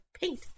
paint